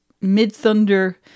mid-thunder